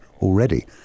already